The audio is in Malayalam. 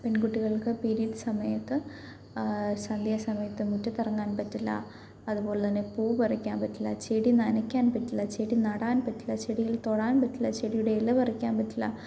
പെൺകുട്ടികൾക്ക് പീരീഡ്സ് സമയത്ത് സന്ധ്യാസമയത്ത് മുറ്റത്തിറങ്ങാൻ പറ്റില്ല അതുപോലെ തന്നെ പൂ പറിക്കാൻ പറ്റില്ല ചെടി നനയ്ക്കാൻ പറ്റില്ല ചെടി നടാൻ പറ്റില്ല ചെടിയിൽ തൊടാൻ പറ്റില്ല ചെടിയുടെ ഇല പറിക്കാൻ പറ്റില്ല